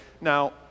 Now